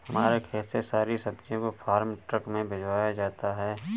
हमारे खेत से सारी सब्जियों को फार्म ट्रक में भिजवाया जाता है